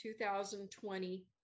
2020